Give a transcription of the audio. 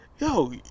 yo